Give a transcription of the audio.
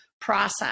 process